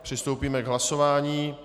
Přistoupíme k hlasování.